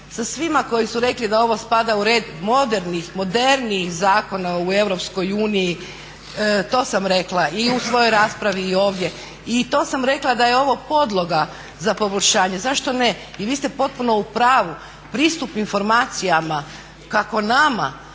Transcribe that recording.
sa svima koji su rekli da ovo spada u red modernih, modernijih zakona u EU. To sam rekla i u svojoj raspravi i ovdje i to sam rekla da je ovo podloga za poboljšanje. Zašto ne! I vi ste potpuno u pravu, pristup informacijama kako nama